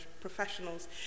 professionals